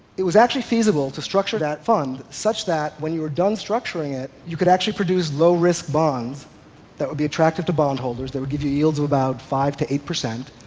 it was feasible to structure that fund such that when you were done structuring it, you could actually produce low-risk bonds that would be attractive to bond holders, that would give you yields of about five to eight percent,